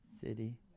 city